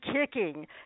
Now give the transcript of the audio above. Kicking